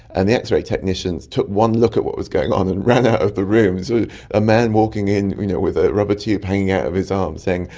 and the x-ray technicians took one look at what was going on and ran out of the room so a man walking in you know with a rubber tube hanging out of his arm saying,